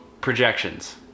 projections